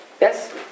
Yes